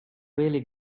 really